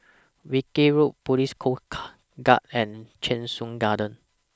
Wilkie Road Police Coast Guard and Cheng Soon Garden